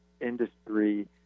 industry